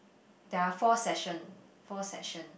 there are four section four section